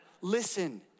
Listen